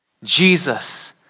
Jesus